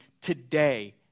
today